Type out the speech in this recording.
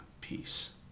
peace